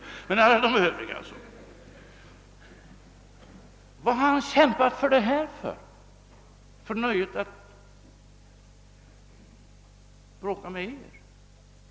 Har han gjort det för nöjet att bråka med er?